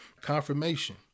Confirmation